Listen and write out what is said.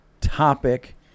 topic